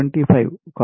25